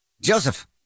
Joseph